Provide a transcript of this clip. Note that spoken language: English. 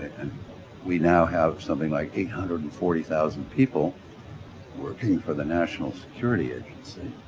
and we now have something like eight hundred and forty thousand people working for the national security agency,